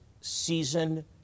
season